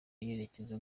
yerekeza